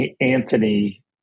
Anthony